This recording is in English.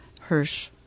Hirsch